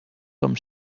com